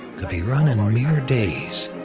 could be run in mere days.